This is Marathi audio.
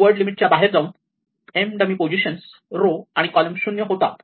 वर्ड च्या लिमिट बाहेर जाऊन m डमी पोझिशन्स रो आणि कॉलम 0 होतात